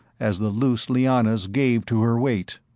as the loose lianas gave to her weight.